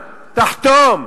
תחתום,